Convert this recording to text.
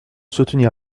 soutenir